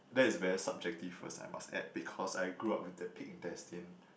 that is very subjective first I must add because I grew up with that pig intestine